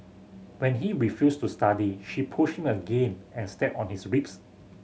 when he refused to study she pushed him again and stepped on his ribs